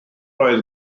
oedd